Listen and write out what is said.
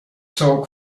zog